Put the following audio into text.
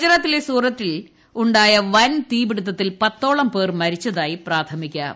ഗൂജറാത്തിലെ സൂറത്തിൽ ഉണ്ടായ വൻ തീപിടിത്തത്തിൽ പത്തോളം പേർ മരിച്ചതായി പ്രാഥമിക വിവരം